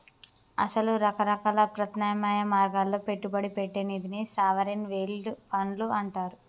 అసలు రకరకాల ప్రత్యామ్నాయ మార్గాల్లో పెట్టుబడి పెట్టే నిధిని సావరిన్ వెల్డ్ ఫండ్లు అంటారు